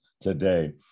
today